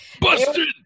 Busted